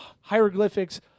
hieroglyphics